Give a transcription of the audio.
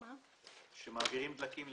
לאן מעבירים דלקים?